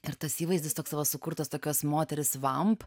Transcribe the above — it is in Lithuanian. ir tas įvaizdis toks tavo sukurtas tokios moters vamp